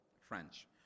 French